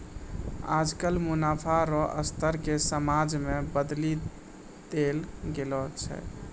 आजकल मुनाफा रो स्तर के समाज मे बदली देल गेलो छै